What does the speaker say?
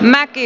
mäki